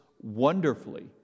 wonderfully